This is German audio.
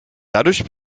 dadurch